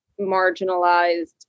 marginalized